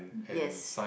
yes